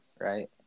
right